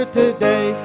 today